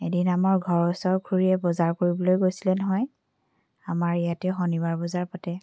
এদিন আমাৰ ঘৰৰ ওচৰৰ খুৰীয়ে বজাৰ কৰিবলৈ গৈছিলে নহয় আমাৰ ইয়াতে শণিবাৰ বজাৰ পাতে